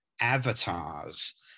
avatars